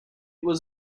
was